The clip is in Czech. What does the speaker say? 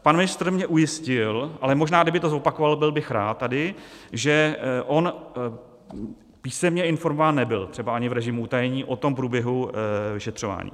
Pan ministr mě ujistil, ale možná, kdyby to zopakoval, byl bych rád tady, že on písemně informován nebyl, třeba ani v režimu utajení, o tom průběhu vyšetřování.